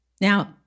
Now